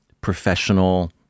professional